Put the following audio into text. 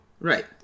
right